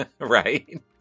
Right